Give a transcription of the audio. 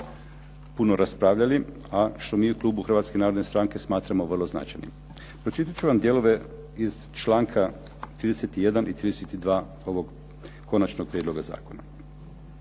puno raspravljali, a što mi u klubu Hrvatske narodne stranke smatramo vrlo značajnim. Pročitat ću vam dijelove iz članka 31. i 32. ovog konačnog prijedloga zakona.